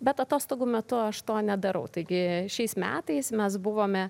bet atostogų metu aš to nedarau taigi šiais metais mes buvome